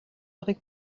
avec